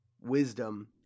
wisdom